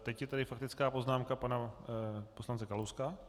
Teď je tady faktická poznámka pana poslance Kalouska.